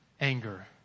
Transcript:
anger